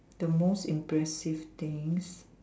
the most impressive things